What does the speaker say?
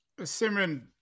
Simran